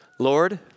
Lord